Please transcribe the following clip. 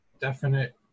definite